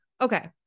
okay